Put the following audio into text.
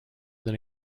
than